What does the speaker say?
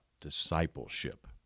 discipleship